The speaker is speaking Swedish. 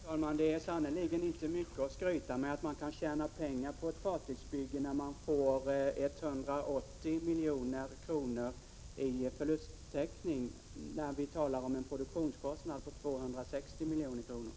Herr talman! Det är sannerligen inte mycket att skryta om att man kan tjäna pengar på ett fartygsbygge när 180 milj.kr. i förlusttäckning ges. Vi talar om en produktionskostnad på 260 milj.kr.